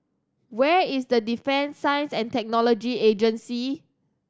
where is the Defence Science And Technology Agency